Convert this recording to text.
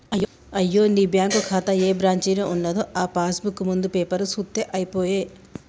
అయ్యో నీ బ్యాంకు ఖాతా ఏ బ్రాంచీలో ఉన్నదో ఆ పాస్ బుక్ ముందు పేపరు సూత్తే అయిపోయే